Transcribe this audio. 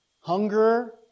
Hunger